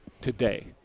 today